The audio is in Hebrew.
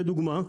לדוגמה: